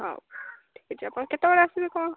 ହଉ ଠିକ୍ ଅଛି ଆପଣ କେତେବେଳେ ଆସିବେ କ'ଣ